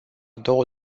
două